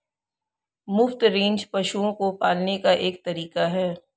मुफ्त रेंज पशुओं को पालने का एक तरीका है